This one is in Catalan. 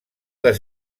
les